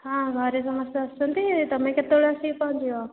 ହଁ ଘରେ ସମସ୍ତେ ଅଛନ୍ତି ତମେ କେତେବେଳେ ଆସିକି ପହଁଞ୍ଚିବ